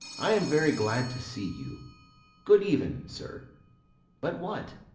i am very glad to see you good even, sir but what,